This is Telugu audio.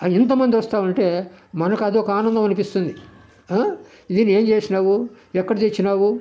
ఇంత మంది వస్తావుంటే మనకదోక ఆనందం అనిపిస్తుంది ఇది ఏం చేసినావు ఎక్కడ తెచ్చినావు